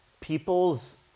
people's